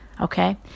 Okay